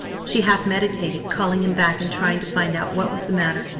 she half-meditated calling him back and trying to find out what was the matter,